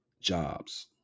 jobs